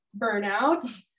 burnout